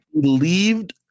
believed